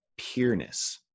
peerness